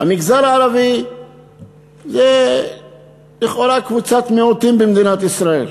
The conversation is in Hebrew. המגזר הערבי זה לכאורה קבוצת מיעוטים במדינת ישראל,